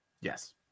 Yes